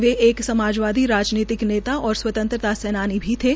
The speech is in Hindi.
वे एक समाजवादी राजनीतिक नेता और स्वतंत्रता सैनानी थे